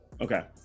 Okay